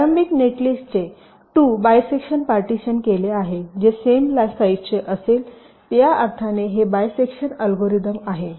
आणि प्रारंभिक नेटलिस्टचे 2 बायसेक्शन पार्टीशन केले आहे जे सेम साईजचे असेल या अर्थाने हे बायसेक्शन अल्गोरिदम आहे